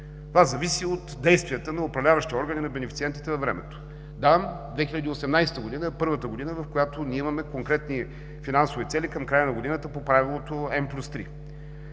Това зависи от действията на управляващия орган и на бенефициентите във времето. Да, 2018 г. е първата година, в която имаме конкретни финансови цели към края на годината по правилото „N+3“.